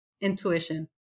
intuition